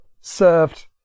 served